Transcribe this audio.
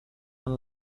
and